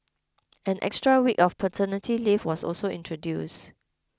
an extra week of paternity leave was also introduced